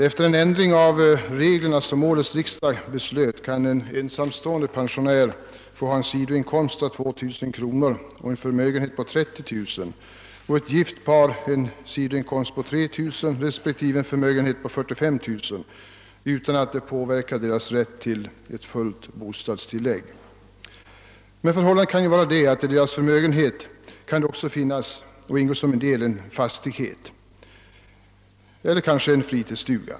Efter den ändring av reglerna som årets riksdag beslöt kan en ensamstående pensionär få ha en sidoinkomst av 2 000 kronor och en förmögenhet på 30 000 kronor och ett gift par få ha en sidoinkomst av 3000 kronor och en förmögenhet på 45000 kronor utan att detta påverkar deras rätt till fullt bostadstillägg. Det kan då vara så, att i deras förmögenhet ingår en fastighet eller kanske en fritidsstuga.